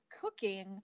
cooking